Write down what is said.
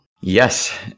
Yes